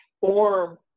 form